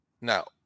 now